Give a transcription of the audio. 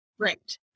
Right